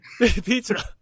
Pizza